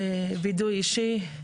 וידוי אישי,